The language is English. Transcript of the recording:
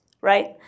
right